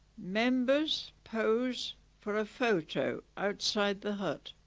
members pose for a photo outside the hut